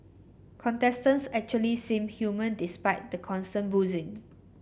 contestants actually seem human despite the constant boozing